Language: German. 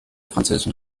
französischen